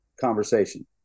conversation